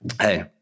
hey